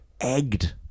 egged